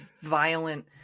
Violent